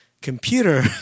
computer